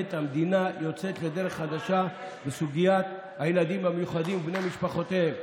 באמת המדינה יוצאת לדרך חדשה בסוגיית הילדים המיוחדים ובני משפחותיהם.